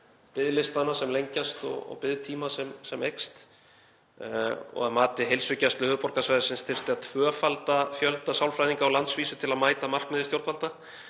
biðlistana sem lengjast og biðtíma sem eykst. Að mati Heilsugæslu höfuðborgarsvæðisins þyrfti að tvöfalda fjölda sálfræðinga á landsvísu til að mæta markmiði stjórnvalda.